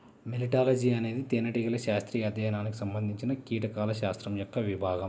మెలిటాలజీఅనేది తేనెటీగల శాస్త్రీయ అధ్యయనానికి సంబంధించినకీటకాల శాస్త్రం యొక్క విభాగం